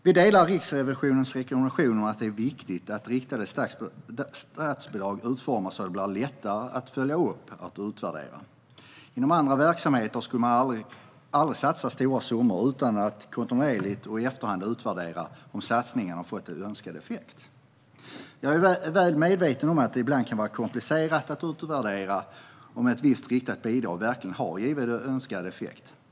Vi delar Riksrevisionens rekommendation om att det är viktigt att de riktade statsbidragen utformas så att de blir lättare att följa upp och utvärdera. Inom andra verksamheter skulle man aldrig satsa stora summor utan att kontinuerligt och i efterhand utvärdera om satsningen har fått önskad effekt. Jag är väl medveten om att det ibland kan vara komplicerat att utvärdera om ett visst riktat bidrag verkligen har gett önskad effekt.